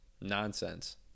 nonsense